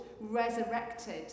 resurrected